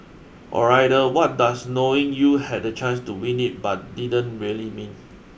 or rather what does knowing you had the chance to win it but didn't really mean